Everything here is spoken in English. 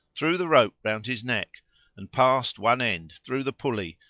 threw the rope round his neck and passed one end through the pulley,